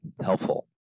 helpful